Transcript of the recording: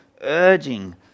urging